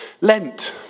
Lent